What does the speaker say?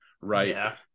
right